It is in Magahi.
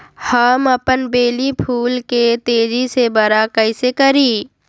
हम अपन बेली फुल के तेज़ी से बरा कईसे करी?